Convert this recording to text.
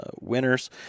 winners